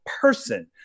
person